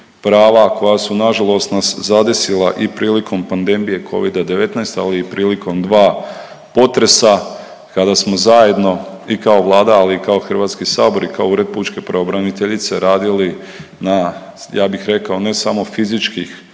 prava koja su nažalost nas zadesila i prilikom pandemije Covida-19, ali i prilikom dva potresa kada smo zajedno i kao Vlada, ali i kao Hrvatski sabor i kao Ured pučke pravobraniteljice radili na ja bih rekao ne samo fizičkih